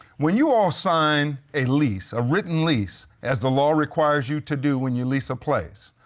when you all sign a lease, a written lease, as the law requires you to do when you lease a place,